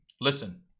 Listen